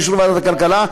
באישור ועדת הכלכלה,